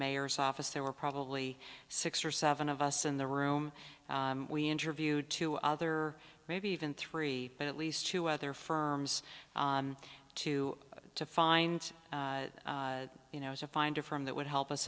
mayor's office there were probably six or seven of us in the room we interviewed two other maybe even three but at least two other firms to to find you know to find a firm that would help us